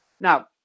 Now